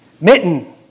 Mitten